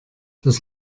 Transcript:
das